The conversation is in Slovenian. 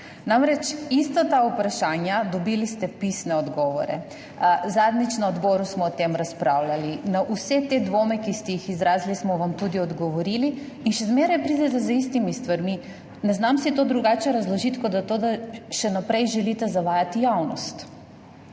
Namreč, na ta ista vprašanja ste dobili pisne odgovore. Zadnjič na odboru smo o tem razpravljali. Na vse te dvome, ki ste jih izrazili, smo vam tudi odgovorili in še zmeraj pridete z istimi stvarmi. Ne znam si to drugače razložiti, kot da še naprej želite zavajati javnost.